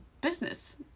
business